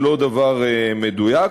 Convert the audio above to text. זה לא דבר מדויק.